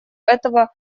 этого